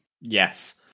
Yes